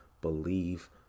believe